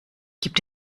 gibt